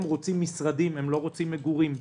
הם רוצים משרדים, הם לא רוצים מגורים.